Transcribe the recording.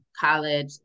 college